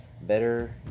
better